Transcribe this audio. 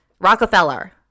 Rockefeller